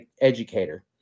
educator